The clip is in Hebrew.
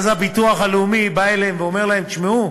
ואז הביטוח הלאומי בא אליהם ואומר להם: תשמעו,